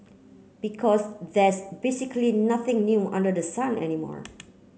because there's basically nothing new under the sun anymore